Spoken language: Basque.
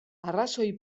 arrazoi